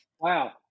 wow